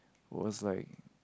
was like